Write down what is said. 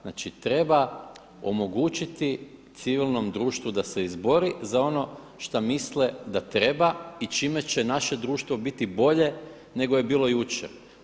Znači treba omogućiti civilnom društvu da se izbore za ono šta misle da treba i čime će naše društvo biti bolje nego je bilo jučer.